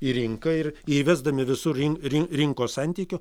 į rinką ir įvesdami visur rin rin rinkos santykių